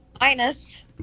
Minus